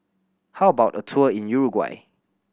how about a tour in Uruguay